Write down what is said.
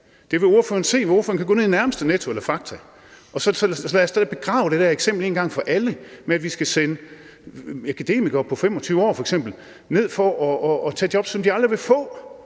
Det ville ordføreren kunne se, hvis ordføreren gik ind i nærmeste Netto eller fakta. Så lad os da begrave det der eksempel en gang for alle med, at vi skal sende akademikere på 25 år f.eks. ned for at tage jobs, som de aldrig vil få,